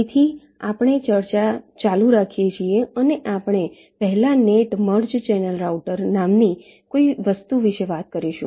તેથી આપણે આપણી ચર્ચા ચાલુ રાખીએ છીએ અને આપણે પહેલા નેટ મર્જ ચેનલ રાઉટર નામની કોઈ વસ્તુ વિશે વાત કરીશું